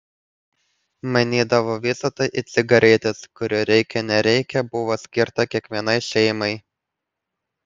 mainydavo visa tai į cigaretes kurių reikia nereikia buvo skirta kiekvienai šeimai